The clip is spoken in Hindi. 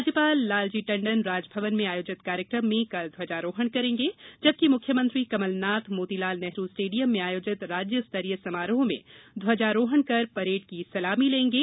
राज्यपाल लालजी टंडन राजभवन में आयोजित कार्यक्रम में ध्वजारोहण करेंगे जबकि मुख्यमंत्री कमल नाथ मोतीलाल नेहरू स्टेडियम में आयोजित राज्य स्तरीय समारोह में ध्वजारोहण कर परेड़ की सलामी लेंगे